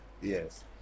Yes